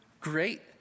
Great